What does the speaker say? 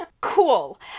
Cool